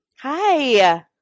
Hi